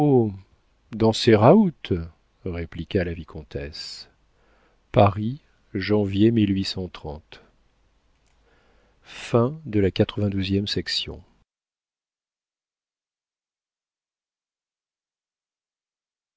dans ses raouts répliqua la vicomtesse paris janvier